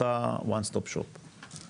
אותה "one stop shop".